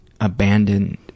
abandoned